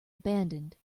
abandoned